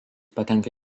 patenka